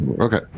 okay